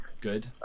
Good